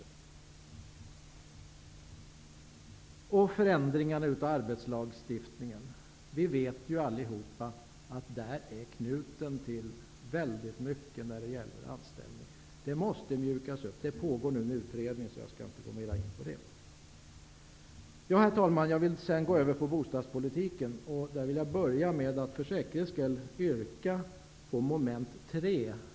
Vi vet allihop att förändringar av arbetslagstiftningen är knuten till väldigt mycket i fråga om anställningar. Arbetslagstiftningen måste mjukas upp. Det pågår nu en utredning om detta, så jag skall inte gå mer in på det. Herr talman! Jag skall nu gå in på bostadspolitiken, och jag vill börja med att för säkerhets skull yrka bifall till utskottets hemställan under mom. 3.